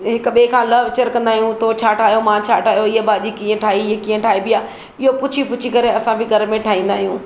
हिक ॿिए खां लवचड़ कंदा आहियूं त छा ठाहियो मां छा ठाहियो हीअ भाॼी किअं ठाई इहो किअं ठाहिबी आहे इहो पुछी पुछी करे असां बि घर में ठाहींदा आहियूं